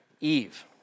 Eve